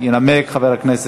אנחנו עוברים לנושא